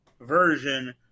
version